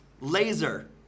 laser